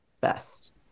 best